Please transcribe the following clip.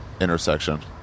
intersection